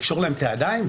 לקשור להם את הידיים?